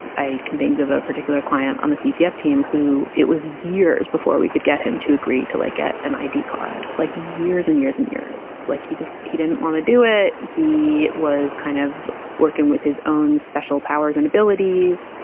i can think of a particular client on the c c s team who it was years before we could get him to agree to a. like get an i d. card like years and years and years, like he just he didn't want to do it. he was kind of working with his own special powers and abilities.